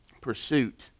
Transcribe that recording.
pursuit